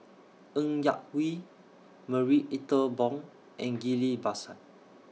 Ng Yak Whee Marie Ethel Bong and Ghillie BaSan